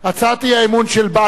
הצעת האי-אמון של בל"ד,